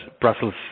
Brussels